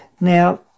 Now